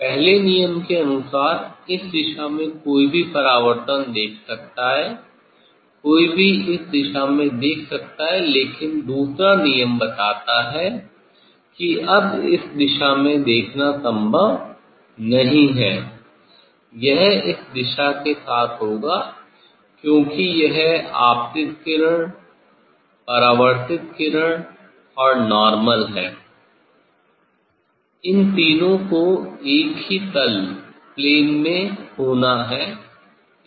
पहले नियम के अनुसार इस दिशा में कोई भी परावर्तन देख सकता है कोई भी इस दिशा में देख सकता है लेकिन दूसरा नियम बताता है कि अब इस दिशा में देखना संभव नहीं है यह इस दिशा के साथ होगा क्योंकि यह आपतित किरण परावर्तित किरण और नार्मल है इन तीनों को एक ही तल में होना है